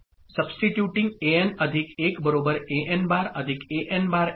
An Substituting An1 An' An'